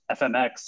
FMX